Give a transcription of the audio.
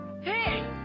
Hey